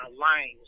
lines